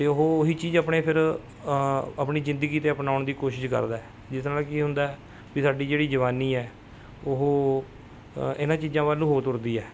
ਅਤੇ ਉਹ ਉਹੀ ਚੀਜ਼ ਆਪਣੇ ਫਿਰ ਆਪਣੀ ਜ਼ਿੰਦਗੀ 'ਤੇ ਅਪਣਾਉਣ ਦੀ ਕੋਸ਼ਿਸ਼ ਕਰਦਾ ਜਿਸਦੇ ਨਾਲ ਕੀ ਹੁੰਦਾ ਵੀ ਸਾਡੀ ਜਿਹੜੀ ਜਵਾਨੀ ਹੈ ਉਹ ਇਹਨਾਂ ਚੀਜ਼ਾਂ ਵੱਲ ਨੂੰ ਹੋ ਤੁਰਦੀ ਹੈ